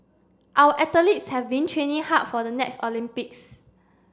our athletes have been training hard for the next Olympics